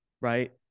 right